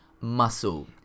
muscle